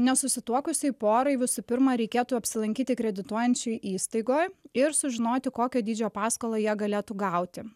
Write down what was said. nesusituokusiai porai visų pirma reikėtų apsilankyti kredituojančioj įstaigoj ir sužinoti kokio dydžio paskolą jie galėtų gauti